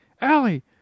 Allie